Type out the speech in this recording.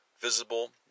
visible